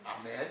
Amen